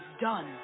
done